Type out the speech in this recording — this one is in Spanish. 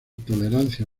tolerancia